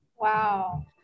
Wow